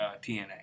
TNA